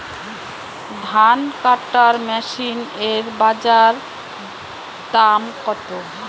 ধান কাটার মেশিন এর বাজারে দাম কতো?